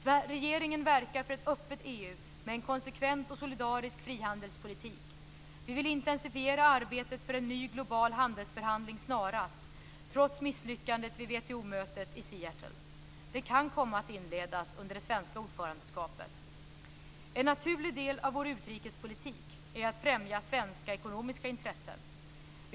Regeringen verkar för ett öppet EU med en konsekvent och solidarisk frihandelspolitik. Vi vill intensifiera arbetet för en ny global handelsförhandling snarast, trots misslyckandet vid WTO-mötet i Seattle. Den kan komma att inledas under det svenska ordförandeskapet. En naturlig del av vår utrikespolitik är att främja svenska ekonomiska intressen.